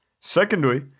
Secondly